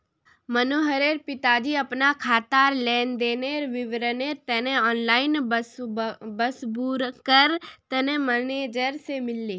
मनोहरेर पिताजी अपना खातार लेन देनेर विवरनेर तने ऑनलाइन पस्स्बूकर तने मेनेजर से मिलले